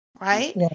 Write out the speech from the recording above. right